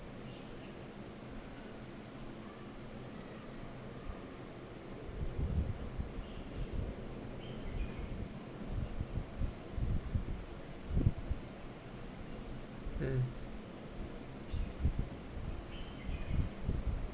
mm